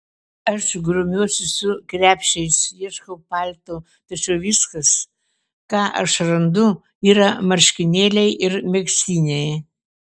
aš grumiuosi su krepšiais ieškau palto tačiau viskas ką aš randu yra marškinėliai ir megztiniai